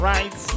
Right